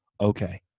okay